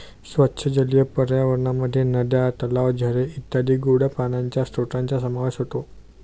स्वच्छ जलीय पर्यावरणामध्ये नद्या, तलाव, झरे इत्यादी गोड्या पाण्याच्या स्त्रोतांचा समावेश होतो